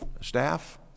staff